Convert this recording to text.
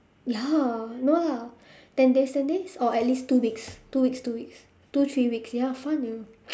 ya no lah ten days ten days or at least two weeks two weeks two weeks two three weeks ya fun you know